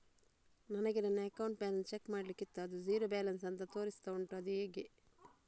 ನನಗೆ ನನ್ನ account balance check ಮಾಡ್ಲಿಕ್ಕಿತ್ತು ಅದು ಝೀರೋ ಬ್ಯಾಲೆನ್ಸ್ ಅಂತ ತೋರಿಸ್ತಾ ಉಂಟು ಅದು ಹೇಗೆ?